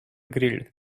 grilled